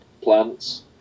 plants